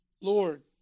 Lord